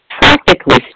practically